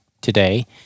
today